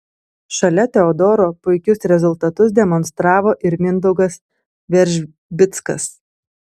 šalia teodoro puikius rezultatus demonstravo ir mindaugas veržbickas